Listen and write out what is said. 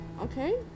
Okay